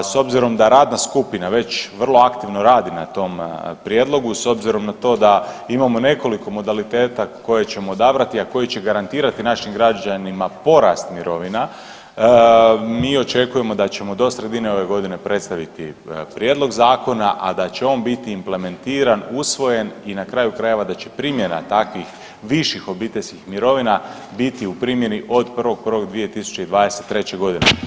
S obzirom da radna skupina već vrlo aktivno radi na tom prijedlogu, s obzirom na to da imamo nekoliko modaliteta koje ćemo odabrati, a koji će garantirati našim građanima porast mirovina mi očekujemo da ćemo do sredine ove godine predstaviti prijedlog zakona, a da će on biti implementiran, usvojen i na kraju krajeva da će primjena takvih viših obiteljskih mirovina biti u primjeni od 1.1.2023. godine.